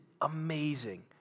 amazing